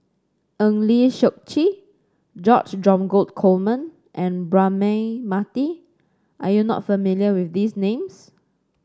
Eng Lee Seok Chee George Dromgold Coleman and Braema Mathi are you not familiar with these names